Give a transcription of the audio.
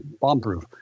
bomb-proof